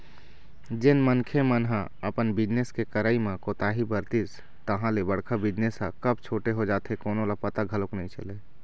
जेन मनखे मन ह अपन बिजनेस के करई म कोताही बरतिस तहाँ ले बड़का बिजनेस ह कब छोटे हो जाथे कोनो ल पता घलोक नइ चलय